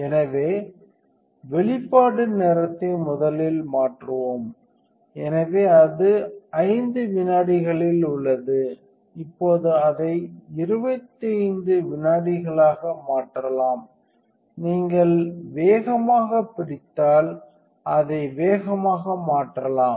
எனவே வெளிப்பாடு நேரத்தை முதலில் மாற்றுவோம் எனவே அது 5 வினாடிகளில் உள்ளது இப்போது அதை 25 வினாடிகளாக மாற்றலாம் நீங்கள் வேகமாகப் பிடித்தால் அதை வேகமாக மாற்றலாம்